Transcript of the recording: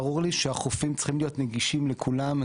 ברור לי שהחופים צריכים להיות נגישים לכולם.